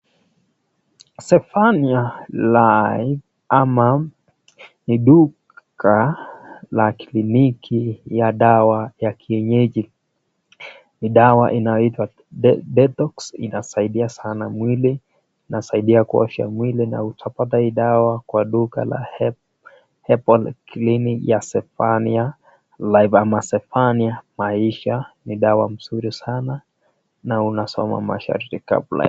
Zaphania Life ama ni duka la kliniki ya dawa ya kienyeji. Ni dawa inayoitwa detox, inasaidia sana mwili. Inasaidia kuosha mwili na utapata hii dawa kwa duka la Hearbal clinical ya Zaphania Life ama Zaphania Maisha. Ni dawa mzuri sana na unasoma masharti kabla.